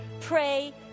pray